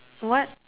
what